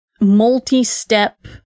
multi-step